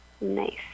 Nice